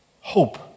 hope